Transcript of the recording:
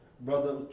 Brother